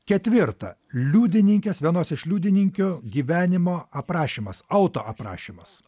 ketvirta liudininkės vienos iš liudininkių gyvenimo aprašymas autoaprašymas